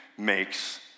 makes